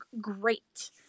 great